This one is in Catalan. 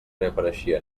reapareixia